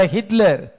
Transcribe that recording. Hitler